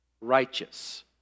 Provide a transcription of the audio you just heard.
righteous